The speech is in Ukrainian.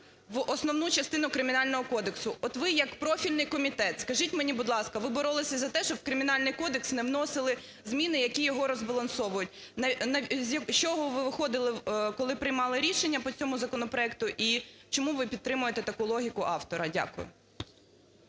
в основну частину Кримінального кодексу. От ви як профільний комітет скажіть мені, будь ласка, ви боролися за те, щоб в Кримінальний кодекс не вносили зміни, які його розбалансовують, з чого ви виходили, коли приймали рішення по цьому законопроекту, і чому ви підтримуєте таку логіку автора? Дякую.